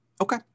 Okay